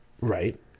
Right